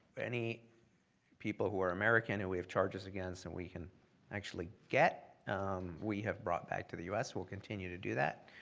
any people who are american who we have charges against, and we can actually get we have brought back to the u s. we'll continue to do that,